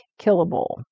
killable